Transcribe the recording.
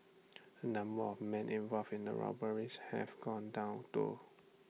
the number of men involved in the robberies have gone down though